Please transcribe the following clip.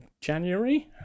January